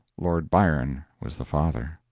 lord byron was the father.